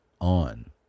on